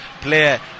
player